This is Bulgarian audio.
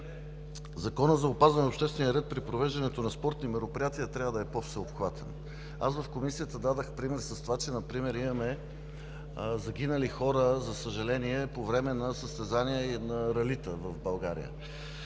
Законът за опазване на обществения ред при провеждането на спортни мероприятия трябва да е по-всеобхватен. В Комисията аз дадох пример с това, че имаме загинали хора, за съжаление, по време на състезания и на ралита в България.